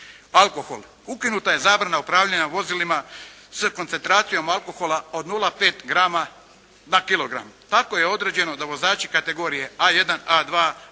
alkohol. Ukinuta je zabrana upravljanja vozilima s koncentracijom alkohola od 0,5 grama na kilogram. Tako je određeno da vozači kategorije A1, A2, AB,